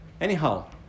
Anyhow